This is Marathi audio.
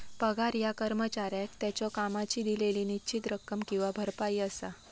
पगार ह्या कर्मचाऱ्याक त्याच्यो कामाची दिलेली निश्चित रक्कम किंवा भरपाई असा